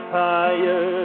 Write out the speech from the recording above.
higher